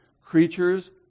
creatures